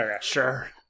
sure